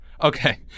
Okay